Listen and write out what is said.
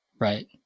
right